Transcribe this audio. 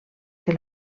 que